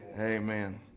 Amen